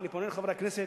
אני פונה אל חברי הכנסת,